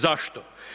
Zašto?